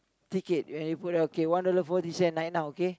ticket when you put down one dollar forty cent right now okay